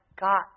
got